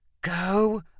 go